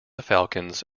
falcons